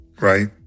right